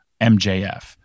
MJF